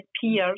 peers